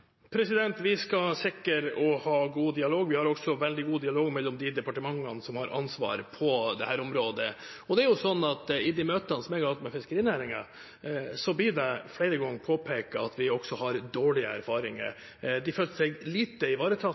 Vi skal sikre å ha god dialog. Vi har også veldig god dialog mellom de departementene som har ansvar på dette området. I de møtene jeg har hatt med fiskerinæringen, har det flere ganger blitt påpekt at de også har dårlige erfaringer. De følte seg lite ivaretatt